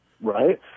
Right